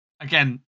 again